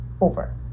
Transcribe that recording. over